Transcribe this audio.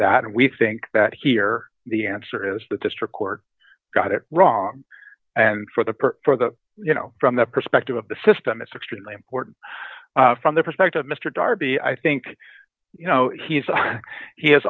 that and we think that here the answer is the district court got it wrong and for the part for the you know from the perspective of the system it's extremely important from the perspective of mr darby i think you know he's he has